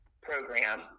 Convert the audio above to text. program